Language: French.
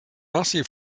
ancien